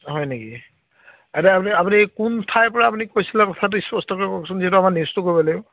হয় নেকি এতিয়া আপুনি আপুনি কোন ঠাইৰ পৰা আপুনি কৈছিলে কথাটো স্পষ্টকৈ কওকচোন যিহেতু আমাৰ নিউজটো কৰিব লাগিব